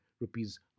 rupees